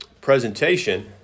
presentation